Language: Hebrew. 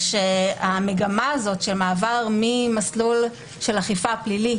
המגמה הזו של מעבר ממסלול של אכיפה פלילי